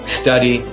study